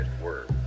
word